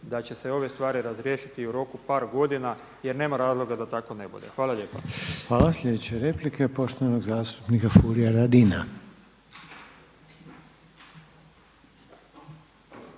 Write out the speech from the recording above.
da će se ove stvari razriješiti u roku par godina jer nema razloga da tako ne bude. Hvala lijepa. **Reiner, Željko (HDZ)** Hvala. Sljedeća replika je poštovanog zastupnika Furia Radina.